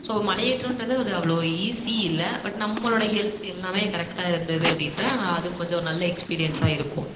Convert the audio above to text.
so மலையேற்றன்றது ஒரு அவ்வளோ ஈஸி இல்லை பட் நம்மளோட ஹெல்த் எல்லாமே கரெக்டாக இருந்தது அப்படின்னா அது கொஞ்ச நல்ல எக்ஸ்பீரியன்ஸாக இருக்கும்